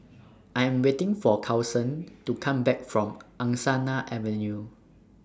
I Am waiting For Carson to Come Back from Angsana Avenue